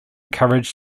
courage